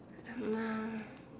um uh